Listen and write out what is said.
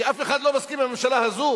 כי אף אחד לא מסכים עם הממשלה הזאת